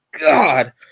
God